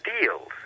deals